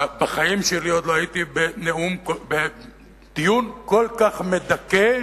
בחיים שלי עוד לא הייתי בדיון כל כך מדכא,